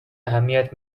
اهمیت